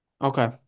Okay